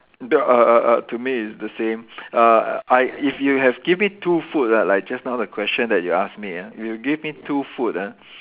the uh uh uh to me it's the same uh I if you have give me two food ah like just now the question that you asked me ah if you have give me two food ah